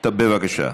בבקשה.